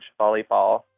volleyball